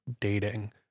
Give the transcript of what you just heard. dating